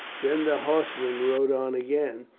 then the horsemen rode on again,